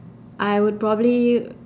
I would probably